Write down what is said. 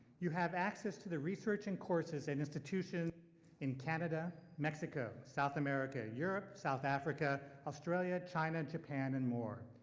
you have access to the research and courses in institution in canada, mexico, south america, europe, south africa, australia, china, japan and more.